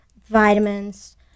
Vitamins